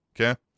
Okay